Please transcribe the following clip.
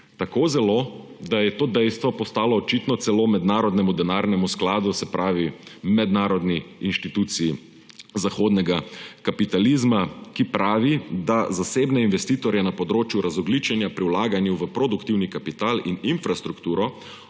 tako zelo, da je to dejstvo postalo očitno celo Mednarodnemu denarnemu skladu, se pravi mednarodni inštituciji zahodnega kapitalizma, ki pravi, da zasebne investitorje na področju razogljičenja pri vlaganju v produktivni kapital in infrastrukturo